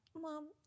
mom